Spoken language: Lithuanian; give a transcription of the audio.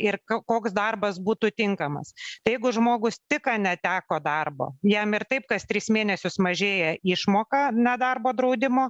ir koks darbas būtų tinkamas tai jeigu žmogus tik ką neteko darbo jam ir taip kas tris mėnesius mažėja išmoka nedarbo draudimo